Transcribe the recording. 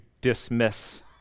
dismiss